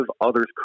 others